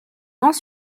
grands